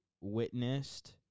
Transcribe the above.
witnessed